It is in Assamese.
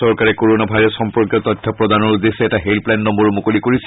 চৰকাৰে কৰণা ভাইৰাছ সম্পৰ্কীয় তথ্য প্ৰদানৰ উদ্দেশ্যে এটা হেল্ললৈইন নম্বৰো মুকলি কৰিছে